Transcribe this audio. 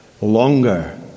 longer